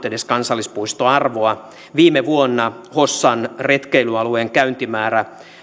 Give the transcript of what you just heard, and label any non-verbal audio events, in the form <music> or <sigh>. <unintelligible> edes saanut kansallispuistoarvon viime vuonna hossan retkeilyalueen käyntimäärä